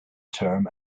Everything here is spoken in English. term